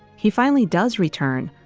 he finally does return.